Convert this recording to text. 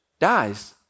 dies